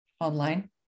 online